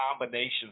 combinations